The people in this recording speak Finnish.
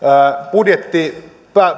budjettiosaston